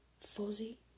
fuzzy